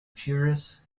puris